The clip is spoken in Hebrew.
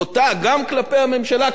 כולל כלפי הממשלה הנוכחית,